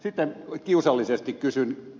sitten kiusallisesti kysyn ed